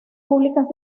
públicas